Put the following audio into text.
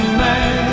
man